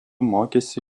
mokėsi